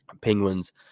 penguins